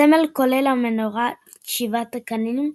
הסמל כולל את מנורת שבעת הקנים,